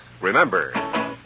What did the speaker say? remember